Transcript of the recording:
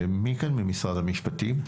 מי כאן ממשרד המשפטים?